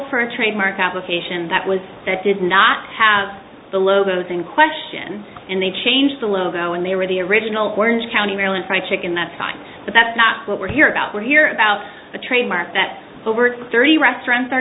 for a trademark application that was that did not have the logos in question and they changed the logo and they were the original orange county maryland fried chicken that's fine but that's not what we're here about we're here about the trademark that over thirty restaurants are